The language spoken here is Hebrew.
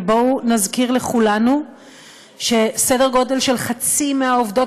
ובואו נזכיר לכולנו שסדר גודל של חצי מהעובדות